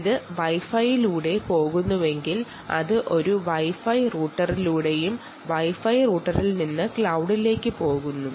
ഇത് വൈഫൈയിലൂടെയാണ് പോകുന്നതെങ്കിൽ അത് ഒരു വൈഫൈ റൂട്ടറിലൂടെയും വൈഫൈ റൂട്ടറിൽ നിന്ന് ക്ലൌഡിലേക്കും പോകുന്നു